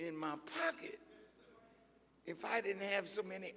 in my pocket if i didn't have so many